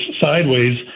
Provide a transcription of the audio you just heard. sideways